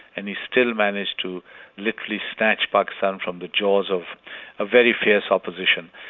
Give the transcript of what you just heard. and he still managed to literally snatch pakistan from the jaws of a very fierce opposition.